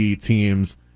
teams